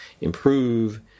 improve